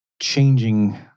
changing